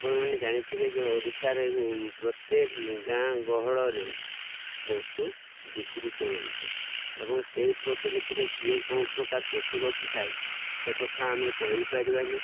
ଆପଣମାନେ ଜାଣିଥିବେ ଯେ ଓଡ଼ିଶାରେ ପ୍ରତ୍ୟେକ ଗାଁ ଗହଳରେ ପଶୁ ବିକ୍ରି କରନ୍ତି ଏବଂ ସେଇ ପଶୁ ଭିତରେ କିଏ କ'ଣ ପ୍ରକାର ପଶୁ ରଖିଥାଏ ସେ କଥା ଆମେ କହିପାରିବାନି